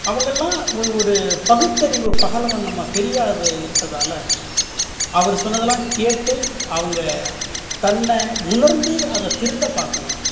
அவங்கள்லாம் ஒரு ஒரு பகுத்தறிவு பகலவன் நம்ம பெரியாரு இருக்கிறதால அவர் சொன்னதுலாம் கேட்டு அவங்க தன்னை உணர்ந்து அதை திருத்த பார்க்கணும்